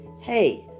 Hey